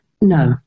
no